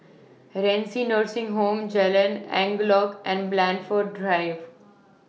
Renci Nursing Home Jalan Angklong and Blandford Drive